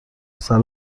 سلب